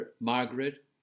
Margaret